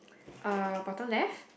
uh bottom left